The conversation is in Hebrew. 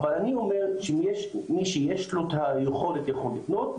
אבל אני אומר שמי שיש לו את היכולת יכול לקנות,